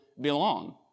belong